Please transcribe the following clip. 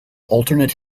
alternate